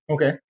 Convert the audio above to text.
Okay